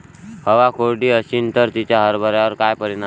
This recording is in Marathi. हवा कोरडी अशीन त तिचा हरभऱ्यावर काय परिणाम होईन?